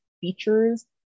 features